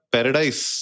Paradise